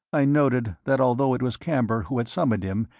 i noted that although it was camber who had summoned him,